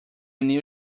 knew